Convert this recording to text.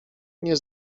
nie